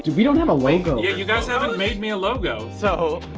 we don't have a logo. yeah you guys haven't made me a logo. so,